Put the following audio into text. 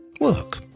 Work